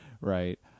right